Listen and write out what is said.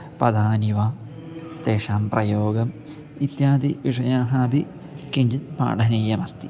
पदानि वा तेषां प्रयोगम् इत्यादि विषयाः अपि किञ्चित् पाठनीयमस्ति